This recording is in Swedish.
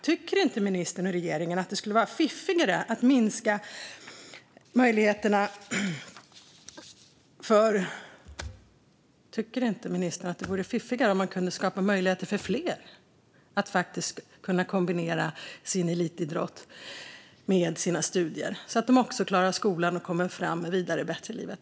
Tycker inte ministern och regeringen att det vore fiffigare om man kunde skapa möjligheter för fler att kombinera sin elitidrott med sina studier? Då kan de också klara skolan och komma vidare bättre i livet.